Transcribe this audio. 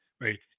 right